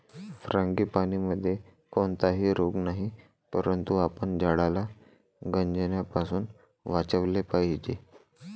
फ्रांगीपानीमध्ये कोणताही रोग नाही, परंतु आपण झाडाला गंजण्यापासून वाचवले पाहिजे